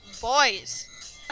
boys